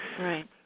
right